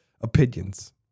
opinions